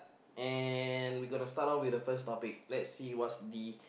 and we gonna start off with the first topic let's see what's the